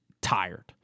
tired